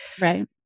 Right